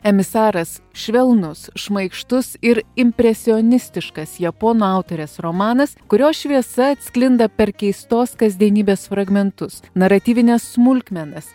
emisaras švelnus šmaikštus ir impresionistiškas japonų autorės romanas kurio šviesa atsklinda per keistos kasdienybės fragmentus naratyvines smulkmenas